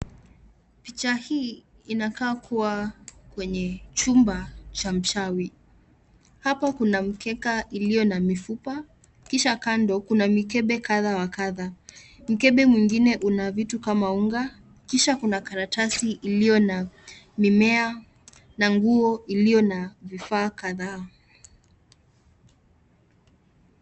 Picha hii inakaa kuwa kwenye chumba cha mchawi. Hapa kuna mkeka iliyo na mifupa kisha kando kuna mikebe kadha wa kadha. Mkebe mwengine una vitu kama unga kisha kuna karatasi iliyo na mimea na nguo iliyo na vifaa kadhaa.